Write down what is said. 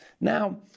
Now